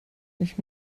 ich